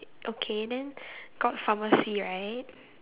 okay then got pharmacy right